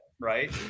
right